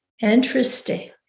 interesting